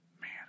Man